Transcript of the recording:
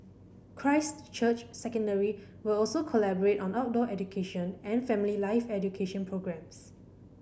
Christ Church Secondary will also collaborate on outdoor education and family life education programmes